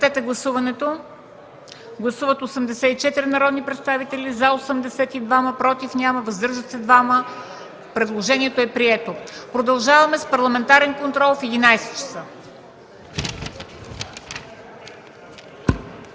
Продължаваме с Парламентарен контрол в 11,00 ч.